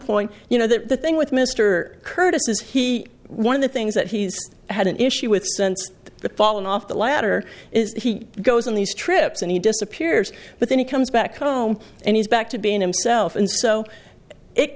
point you know the thing with mr curtis is he one of the things that he's had an issue with since the fallen off the latter is he goes on these trips and he disappears but then he comes back home and he's back to being himself and so it